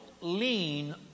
lean